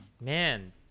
man